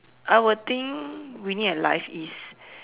I will think winning at life is